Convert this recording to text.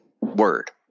word